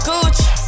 Gucci